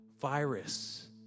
virus